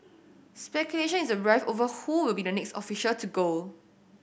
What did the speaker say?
speculation is rife over who will be the next official to go